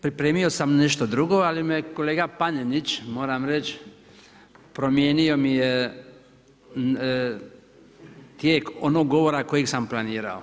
Pripremio sam nešto drugo, ali me kolega Panenić, moram reći, promijenio mi je tijek onog govora koji sam planirao.